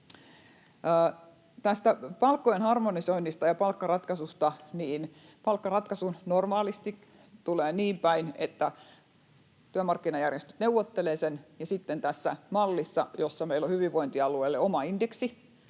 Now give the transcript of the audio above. Tästä palkkojen harmonisoinnista ja palkkaratkaisusta: Palkkaratkaisu normaalisti tulee niin päin, että työmarkkinajärjestöt neuvottelevat sen, ja sitten tässä mallissa, jossa meillä on hyvinvointialueelle oma indeksi,